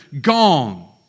gone